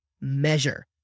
measure